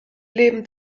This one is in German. leben